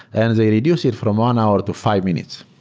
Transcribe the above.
and they reduce it from one hour to five minutes,